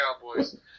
Cowboys